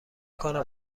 کنم